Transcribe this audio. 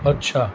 અચ્છા